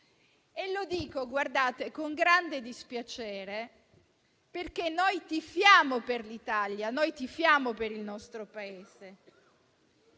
Dico questo con grande dispiacere, perché noi tifiamo per l'Italia, tifiamo per il nostro Paese